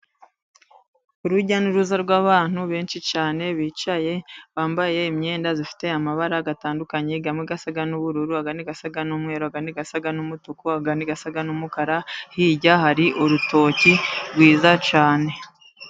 Urujya n'uruza rw'abantu benshi cyane bicaye, bambaye imyenda ifite amabara atandukanye, amwe asa n'ubururu, andi asa n'umweru, andi asa n'umutuku, andi asa n'umukara, hirya hari urutoki rwiza cyane.